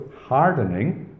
hardening